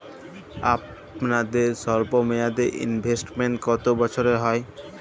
আপনাদের স্বল্পমেয়াদে ইনভেস্টমেন্ট কতো বছরের হয়?